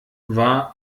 war